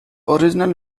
original